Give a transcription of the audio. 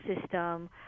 system